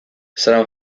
san